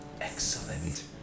Excellent